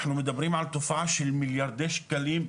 אנחנו מדברים על תופעה של מיליארדי שקלים,